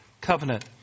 covenant